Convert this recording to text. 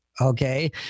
Okay